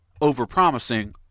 over-promising